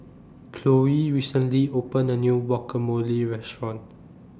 Chloie recently opened A New Guacamole Restaurant